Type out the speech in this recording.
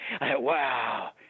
wow